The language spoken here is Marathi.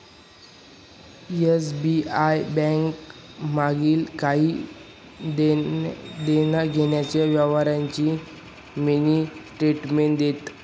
एस.बी.आय बैंक मागील काही देण्याघेण्याच्या व्यवहारांची मिनी स्टेटमेंट देते